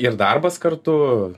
ir darbas kartu